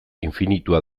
infinitua